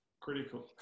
critical